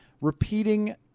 repeating